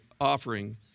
offering